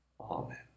Amen